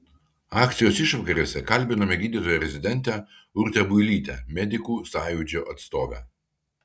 akcijos išvakarėse kalbinome gydytoją rezidentę urtę builytę medikų sąjūdžio atstovę